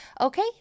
Okay